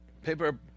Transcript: Paper